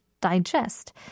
digest